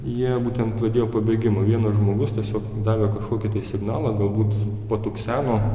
jie būtent pradėjo pabėgimą vienas žmogus tiesiog davė kažkokį tai signalą galbūt patukseno